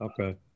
okay